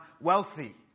wealthy